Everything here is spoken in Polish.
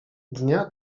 dnia